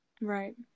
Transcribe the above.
Right